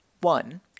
One